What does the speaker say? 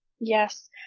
Yes